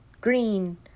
green